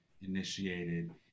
initiated